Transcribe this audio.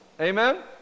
Amen